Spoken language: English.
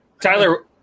tyler